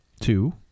Two